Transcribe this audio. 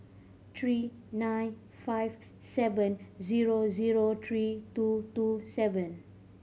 three nine five seven zero zero three two two seven